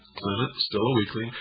clement, still a weakling,